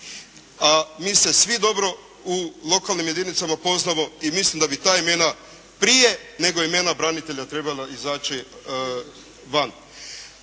a mi se svi dobro u lokalnim jedinicama poznamo i mislim da bi ta imena prije nego imena branitelja trebala izaći van.